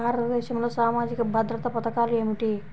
భారతదేశంలో సామాజిక భద్రతా పథకాలు ఏమిటీ?